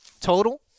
Total